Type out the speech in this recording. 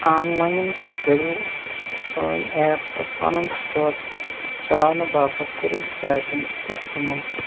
آن line کٔرِو سٲنۍ app تہٕ پنُن سِٹور چلاونہٕ باپتھ کٔرِو ہِدایتَن پٮؠٹھ عمل